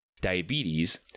diabetes